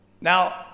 Now